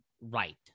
right